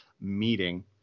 meeting